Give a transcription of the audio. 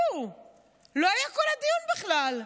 הוא לא היה כל הדיון, בכלל.